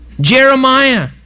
Jeremiah